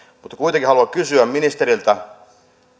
mutta kuitenkin haluan kysyä ministeriltä